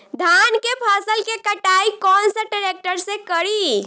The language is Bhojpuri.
धान के फसल के कटाई कौन सा ट्रैक्टर से करी?